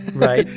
right?